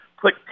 put